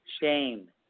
shame